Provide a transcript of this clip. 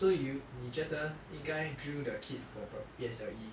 so so you 你觉得应该 drill the kid for P_S_L_E